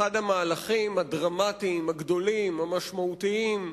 אחד המהלכים הדרמטיים, הגדולים, המשמעותיים,